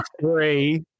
three